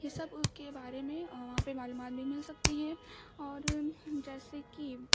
یہ سب کے بارے میں وہاں پہ معلومات بھی مل سکتی ہیں اور جیسے کہ